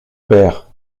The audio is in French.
père